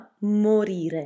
morire